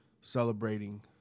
celebrating